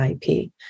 IP